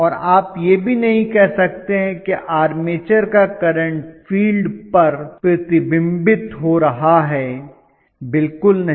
और आप यह भी नहीं कह सकते हैं कि आर्मेचर का करंट फील्ड पर प्रतिबिंबित हो रहा है बिल्कुल नहीं